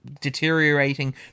deteriorating